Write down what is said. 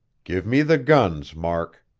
give me the guns, mark.